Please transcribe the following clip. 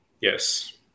Yes